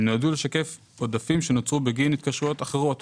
הם נועדו לשקף עודפים שנוצרו בגין התקשרויות אחרות.